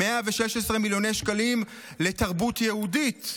116 מיליון שקלים לתרבות יהודית.